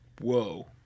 Whoa